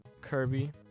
kirby